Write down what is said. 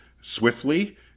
swiftly